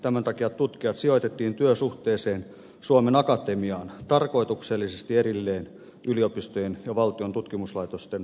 tämän takia tutkijat sijoitettiin työsuhteeseen suomen akatemiaan tarkoituksellisesti erilleen yliopistojen ja valtion tutkimuslaitosten hallinnosta